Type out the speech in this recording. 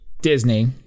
Disney